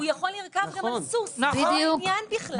הוא יכול לרכב גם על סוס, אין עניין בכלל.